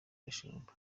gashumba